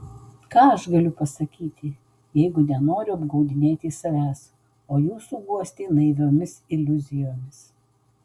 ką aš galiu pasakyti jeigu nenoriu apgaudinėti savęs o jūsų guosti naiviomis iliuzijomis